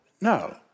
No